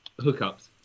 hookups